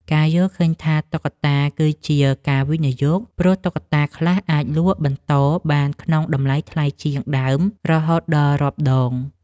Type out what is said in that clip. ការយល់ឃើញថាការសន្សំតុក្កតាគឺជា ការវិនិយោគ ព្រោះតុក្កតាខ្លះអាចលក់បន្តបានក្នុងតម្លៃថ្លៃជាងដើមរហូតដល់រាប់ដង។